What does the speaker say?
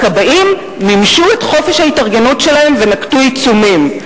הכבאים מימשו את חופש ההתארגנות שלהם ונקטו עיצומים.